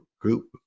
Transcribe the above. group